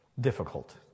difficult